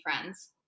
friends